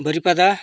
ᱵᱟᱹᱨᱤᱯᱟᱫᱟ